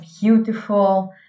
beautiful